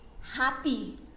happy